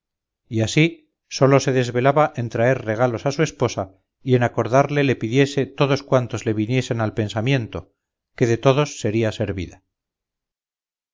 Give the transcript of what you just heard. y así sólo se desvelaba en traer regalos a su esposa y en acordarle le pidiese todos cuantos le viniesen al pensamiento que de todos sería servida